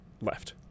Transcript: left